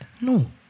No